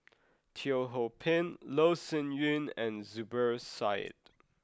Teo Ho Pin Loh Sin Yun and Zubir Said